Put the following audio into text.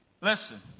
Listen